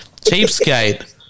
Cheapskate